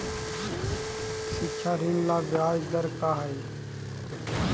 शिक्षा ऋण ला ब्याज दर का हई?